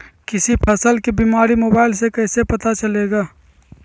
किसी फसल के बीमारी मोबाइल से कैसे पता चलेगा?